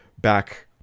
back